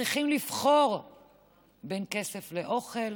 שצריכים לבחור בין כסף לאוכל